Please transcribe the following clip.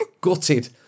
gutted